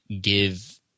give